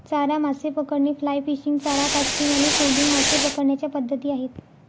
चारा मासे पकडणे, फ्लाय फिशिंग, चारा कास्टिंग आणि ट्रोलिंग मासे पकडण्याच्या पद्धती आहेत